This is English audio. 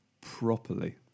Properly